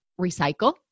recycle